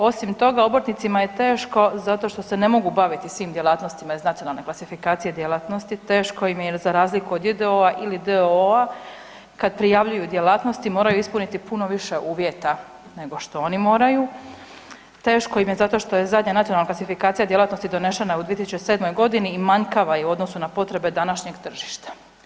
Osim toga, obrtnicima je teško zato što se ne mogu baviti svim djelatnostima iz nacionalne klasifikacije djelatnosti, teško im je jer za razliku od j.d.o.o.-a ili d.o.o.-a kad prijavljuju djelatnosti, moraju ispuniti puno više uvjeta nego što oni moraju, teško im je zato što je zadnja nacionalna klasifikacija djelatnosti donešena u 2007. g. i manjkava je u odnosu na potrebe današnjeg tržišta.